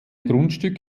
grundstück